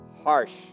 harsh